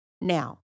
Now